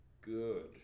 good